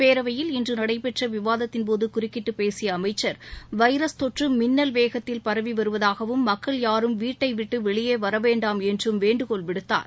பேரவையில் இன்று நடைபெற்ற விவாதத்தின்போது குறுக்கிட்டு பேசிய அமைச்சா் வைரஸ் தொற்று மின்னல் வேகத்தில் பரவி வருவதாகவும் மக்கள் யாரும் வீட்டை விட்டு வெளியே வர வேண்டாம் என்றும் வேண்டுகோள் விடுத்தார்